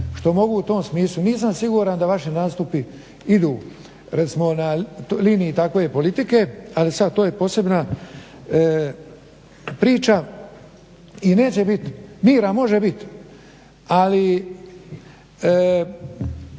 što mogu u tom smislu. Nisam siguran da vaši nastupi idu recimo na liniji takve politike, ali sad to je posebna priča. I neće biti, mira može biti ali